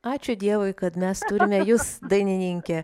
ačiū dievui kad mes turime jus dainininkę